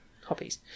hobbies